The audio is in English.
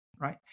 right